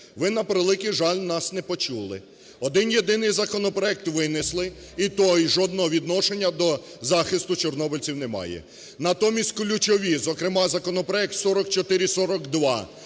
Ви, на превеликий жаль, нас не почули. Один-єдиний законопроект винесли - і той жодного відношення до захисту чорнобильців не має. Натомість ключові, зокрема, законопроект 4442,